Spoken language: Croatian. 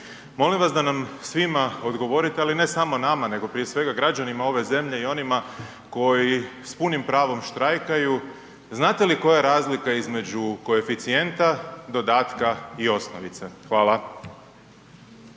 Molim vas da nam svima odgovorite, ali ne samo nama, nego prije svega građanima ove zemlje i onima koji s punim pravom štrajkaju. Znate li koja je razlika između koeficijenta, dodatka i osnovice? Hvala.